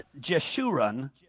Jeshurun